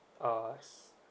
uh